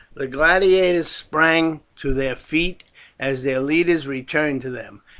the gladiators sprang to their feet as their leaders returned to them,